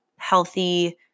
Healthy